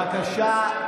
בבקשה.